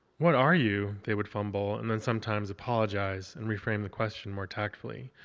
what are you, they would fumble, and then sometimes apologize and reframe the question more tactfully.